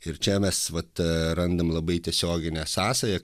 ir čia mes vat randam labai tiesioginę sąsają